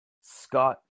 Scott